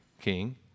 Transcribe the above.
king